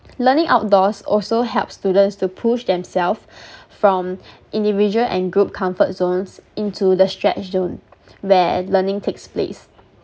learning outdoors also helps students to push themself from individual and group comfort zones into the stretch zone where learning takes place